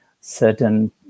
certain